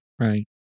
right